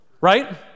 Right